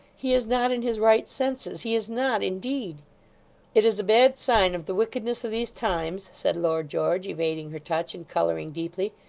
he is not in his right senses he is not, indeed it is a bad sign of the wickedness of these times said lord george, evading her touch, and colouring deeply,